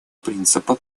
принципа